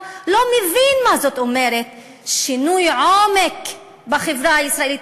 לא מבין מה זאת אומרת שינוי עומק בחברה הישראלית.